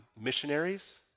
missionaries